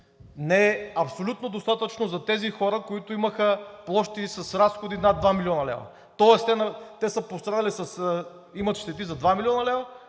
не е абсолютно достатъчно за тези хора, които имаха площи с разходи над 2 млн. лв. Тоест те имат щети за 2 млн. лв.,